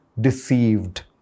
deceived